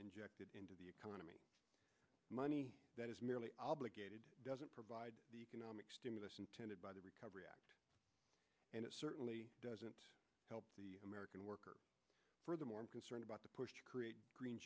injected into the economy money that is merely obligated doesn't provide economic stimulus intended by the recovery act and it certainly doesn't help the american worker furthermore i'm concerned about the push to create green